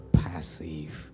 passive